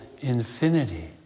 infinity